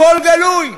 הכול גלוי